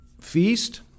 feast